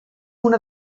una